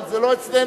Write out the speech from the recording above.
אבל זה לא אצלנו.